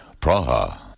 Praha